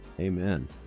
Amen